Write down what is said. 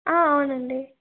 అవునండి